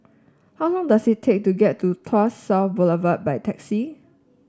how long does it take to get to Tuas South Boulevard by taxi